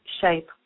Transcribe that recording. shape